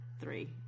three